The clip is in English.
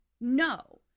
no